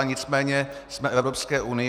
Nicméně jsme v Evropské unii.